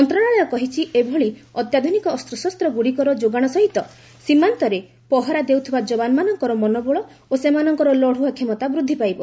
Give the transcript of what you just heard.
ମନ୍ତ୍ରଶାଳୟ କହିଛି ଏଭଳି ଅତ୍ୟାଧୁନିକ ଅସ୍ତ୍ରଶସ୍ତଗୁଡ଼ିକର ଯୋଗାଣ ସହିତ ସୀମାନ୍ତରେ ପହରା ଦେଉଥିବା ଯବାନମାନଙ୍କର ମନୋବଳ ଓ ସେମାନଙ୍କର ଲଢୁଆ କ୍ଷମତା ବୃଦ୍ଧି ପାଇବ